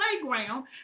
playground